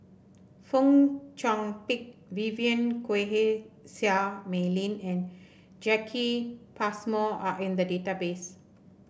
Fong Chong Pik Vivien Quahe Seah Mei Lin and Jacki Passmore are in the database